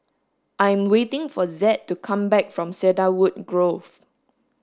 I am waiting for Zed to come back from Cedarwood Grove